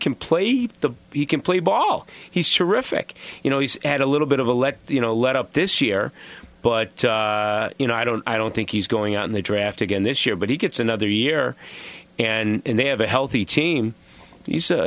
play the he can play ball he's terrific you know he's had a little bit of a let you know let up this year but you know i don't i don't think he's going on the draft again this year but he gets another year and they have a healthy team he's